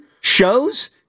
shows